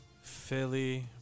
Philly